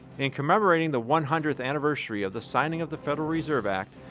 in commemorating the one hundredth anniversary of the signing of the federal reserve act,